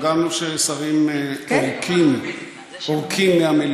כי התרגלנו ששרים עורקים מהמליאה.